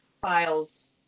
files